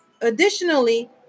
Additionally